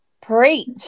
preach